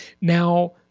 Now